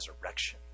resurrection